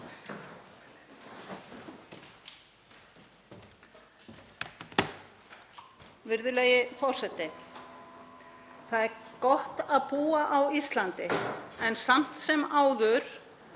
Virðulegi forseti. Það er gott að búa á Íslandi en samt sem áður